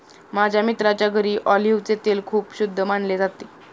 माझ्या मित्राच्या घरी ऑलिव्हचे तेल खूप शुद्ध मानले जाते